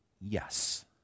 Yes